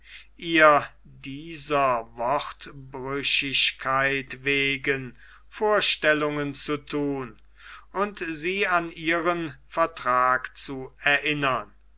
ihr dieser wortbrüchigkeit wegen vorstellungen zu thun und sie an ihren vertrag zu erinnern